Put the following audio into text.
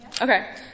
Okay